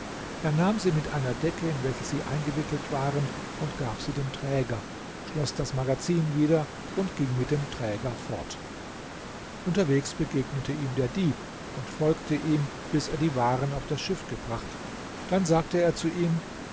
er nahm sie mit einer decke in welche sie eingewickelt waren und gab sie dem träger schloß das magazin wieder und ging mit dem träger fort unterwegs begegnete ihm der dieb und folgte ihm bis er die waren auf das schiff gebracht dann sagte er zu ihm